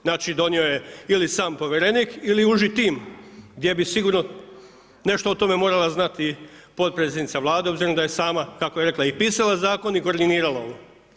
Znači donio je ili sam povjerenik ili uži tim gdje bi sigurno nešto o tome morala znati potpredsjednica Vlade obzirom da je sama kako je rekla i pisala zakon i koordinirala ovo.